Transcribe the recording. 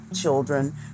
children